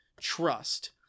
Trust